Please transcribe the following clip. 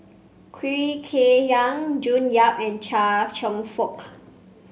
Khoo Kay Hian June Yap and Chia Cheong Fook